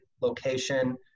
location